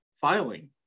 filing